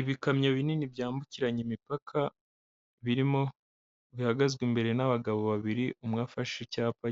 Ibikamyo binini byambukiranya imipaka, birimo bihagazwe imbere n'abagabo babiri umwe afashe icyapa